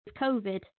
covid